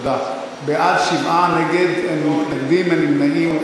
בעד, 7, נגד, אין מתנגדים, אין נמנעים.